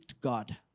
God